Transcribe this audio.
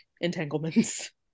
entanglements